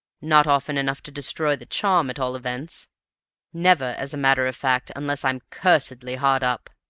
not often enough to destroy the charm, at all events never, as a matter of fact, unless i'm cursedly hard up.